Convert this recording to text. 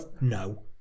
No